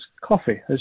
coffee